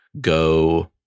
go